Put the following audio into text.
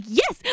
yes